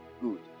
good